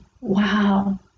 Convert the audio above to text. wow